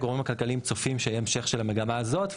צופים שיהיה המשך של המגמה הזאת,